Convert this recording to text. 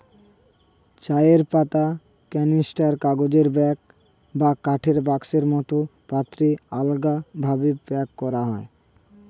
চায়ের পাতা ক্যানিস্টার, কাগজের ব্যাগ বা কাঠের বাক্সের মতো পাত্রে আলগাভাবে প্যাক করা হয়